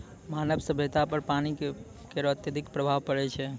मानव सभ्यता पर पानी केरो अत्यधिक प्रभाव पड़ै छै